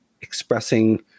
expressing